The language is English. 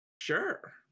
Sure